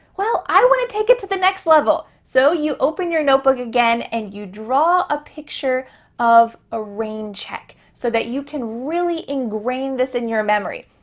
well, i wanna take it to the next level. so you open your notebook again and you draw a picture of a rain check, so that you can really ingrain this in your memory.